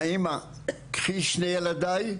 נעימה, קחי שני ילדיי